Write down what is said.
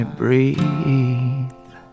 breathe